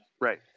right